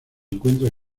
encuentra